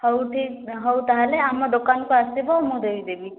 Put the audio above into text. ହଉ ଠିକ ହଉ ତାହାଲେ ଆମ ଦୋକାନକୁ ଆସିବ ମୁଁ ଦେଇଦେବି